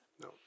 No